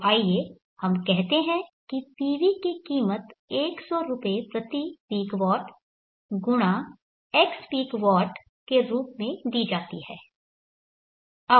तो आइए हम कहते हैं कि PV की कीमत 100 रुपये प्रति peak watt × x peak watt के रूप में दी जाती है